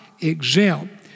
exempt